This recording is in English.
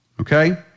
okay